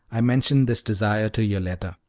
i mentioned this desire to yoletta.